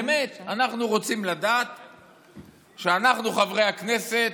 באמת, אנחנו רוצים לדעת שאנחנו, חברי הכנסת,